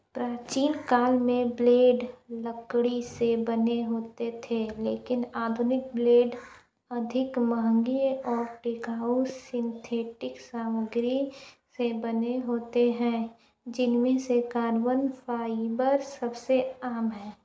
प्राचीनकाल में ब्लेड लकड़ी से बने होते थे लेकिन आधुनिक ब्लेड अधिक महंगी और टिकाऊ सिंथेटिक सामग्री से बने होते हैं जिनमें से कार्बन फाइबर सबसे आम है